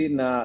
na